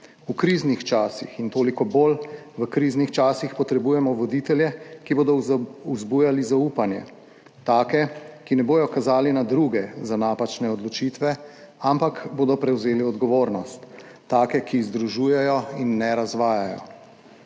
v kriznih časih. In toliko bolj v kriznih časih potrebujemo voditelje, ki bodo vzbujali zaupanje. Take, ki ne bodo kazali na druge za napačne odločitve, ampak bodo prevzeli odgovornost. Take, ki združujejo in ne razdvajajo.